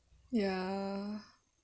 ya